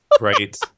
right